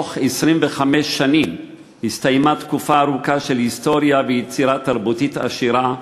תוך 25 שנים הסתיימה תקופה ארוכה של היסטוריה ויצירה תרבותית עשירה,